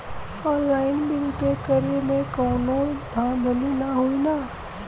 Online bill pay करे में कौनो धांधली ना होई ना?